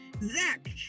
Zach